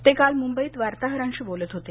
ते काल मुंबईत वार्ताहरांशी बोलत होते